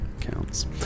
counts